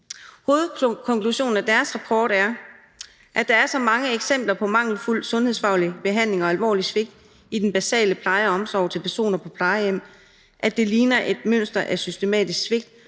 Hovedkonklusionen af deres rapport er, at der er så mange eksempler på mangelfuld sundhedsfaglig behandling og alvorlige svigt i den basale pleje og omsorg til personer på plejehjem, at det ligner et mønster af systematisk svigt